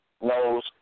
knows